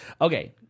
Okay